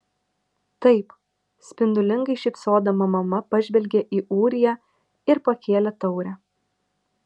taip spindulingai šypsodama mama pažvelgė į ūriją ir pakėlė taurę